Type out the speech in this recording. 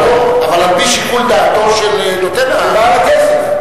אבל על-פי שיקול דעתו של נותן, של בעל הכסף.